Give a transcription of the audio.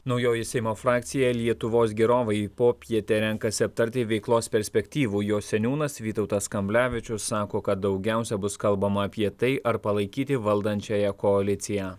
naujoji seimo frakcija lietuvos gerovei į popietę renkasi aptarti veiklos perspektyvų jos seniūnas vytautas kamblevičius sako kad daugiausiai bus kalbama apie tai ar palaikyti valdančiąją koaliciją